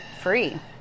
free